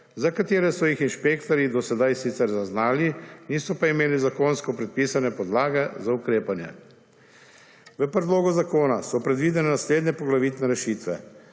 za katere so jih inšpektorji do sedaj sicer zaznali niso pa imeli zakonsko predpisane podlage za ukrepanje. V predlogu zakona so predvidene naslednje poglavitne rešitve: